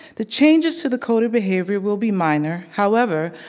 the changes to the code of behavior will be minor, however,